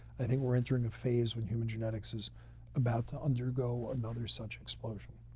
i think we're entering a phase when human genetics is about to undergo another such explosion.